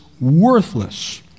worthless